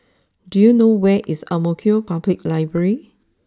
do you know where is Ang Mo Kio Public library